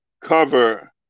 cover